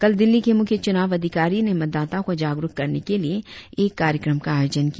कल दिल्ली के मुख्य चूनाव अधिकारी ने मतदाताओं को जागरुक करने के लिए एक कार्यक्रम का आयोजन किया